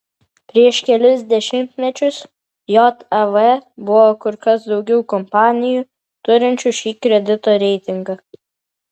prieš kelis dešimtmečius jav buvo kur kas daugiau kompanijų turinčių šį kredito reitingą